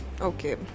okay